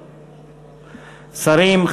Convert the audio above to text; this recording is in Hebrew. שרים,